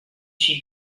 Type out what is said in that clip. she